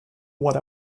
what